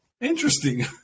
interesting